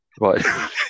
Right